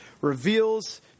reveals